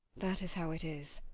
that is how it is.